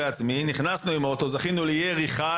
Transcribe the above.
נכנסנו עם האוטו וזכינו לירי חי.